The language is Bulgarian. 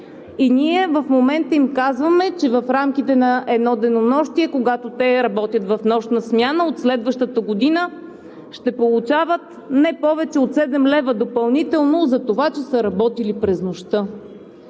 и ние сега им казваме, че в рамките на едно денонощие, когато те работят нощна смяна, от следващата година ще получават не повече от седем лева допълнително затова, че са работили през нощта.